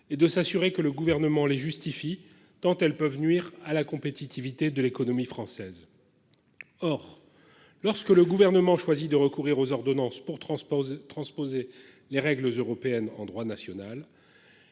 et de s'assurer que le gouvernement les justifie tant elles peuvent nuire à la compétitivité de l'économie française. Or, lorsque le gouvernement choisit de recourir aux ordonnances pour transposer transposer les règles européennes en droit national.